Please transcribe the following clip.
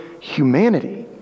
humanity